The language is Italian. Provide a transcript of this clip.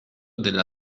della